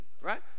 right